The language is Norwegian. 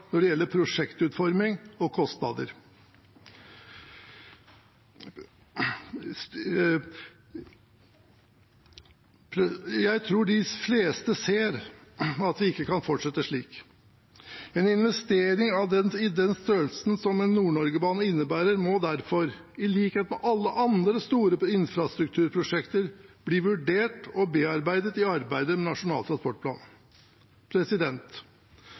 når det gjelder prosjektutforming og kostnader. Jeg tror de fleste ser at vi ikke kan fortsette slik. En investering i den størrelsen som en Nord-Norge-bane innebærer, må derfor – i likhet med alle andre store infrastrukturprosjekter – bli vurdert og bearbeidet i arbeidet med Nasjonal transportplan.